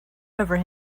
over